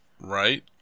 Right